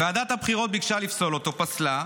ועדת הבחירות ביקשה לפסול אותו, פסלה,